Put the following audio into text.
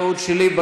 טעות שלי.